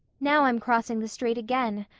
now i'm crossing the strait again.